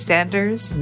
Sanders